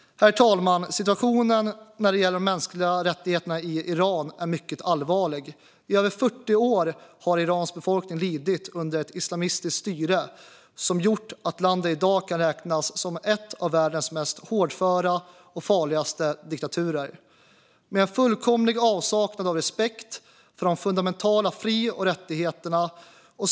Herr talman! Situationen när det gäller de mänskliga rättigheterna i Iran är mycket allvarlig. I över 40 år har Irans befolkning lidit under ett islamistiskt styre som gjort att landet i dag kan räknas som en av världens hårdföraste och farligaste diktaturer, med en fullkomlig avsaknad av respekt för de fundamentala fri och rättigheterna.